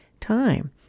time